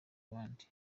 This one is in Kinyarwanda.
abandi